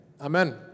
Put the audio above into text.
Amen